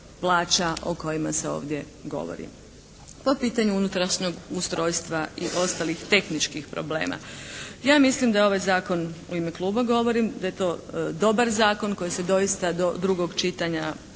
o kojima se ovdje govori. Po pitanju unutrašnjeg ustrojstva i ostalih tehničkih problema ja mislim da je ovaj zakon, u ime Kluba govorim, da je to dobar zakon koji se doista do drugog čitanja